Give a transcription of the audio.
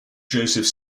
joseph